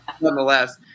nonetheless